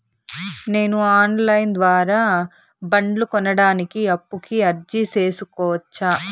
నేను online ద్వారా బండ్లు కొనడానికి అప్పుకి అర్జీ సేసుకోవచ్చా?